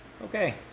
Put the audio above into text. Okay